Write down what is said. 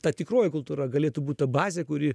ta tikroji kultūra galėtų būt ta bazė kuri